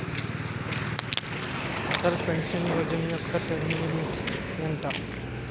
Atal pension Yojana యెక్క term limit ఎంత?